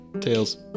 Tails